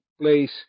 place